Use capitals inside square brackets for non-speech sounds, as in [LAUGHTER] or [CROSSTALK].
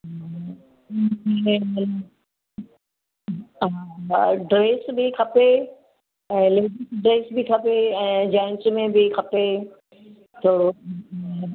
[UNINTELLIGIBLE] हा हा ड्रेस बि खपे ऐं लेडीस ड्रेस बि खपे ऐं जेन्स में बि खपे छो